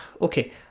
okay